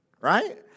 Right